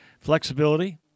flexibility